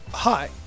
Hi